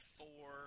four